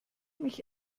mich